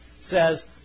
says